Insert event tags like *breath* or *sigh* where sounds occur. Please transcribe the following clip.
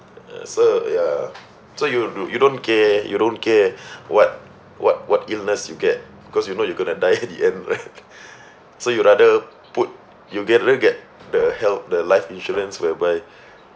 err so ya so you do~ you don't care you don't care *breath* what what what illness you get because you know you're gonna die *laughs* at the end right *laughs* so you rather put you'll get you'll get the heal~ the life insurance whereby *breath*